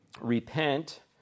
Repent